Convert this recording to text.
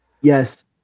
Yes